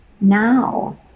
now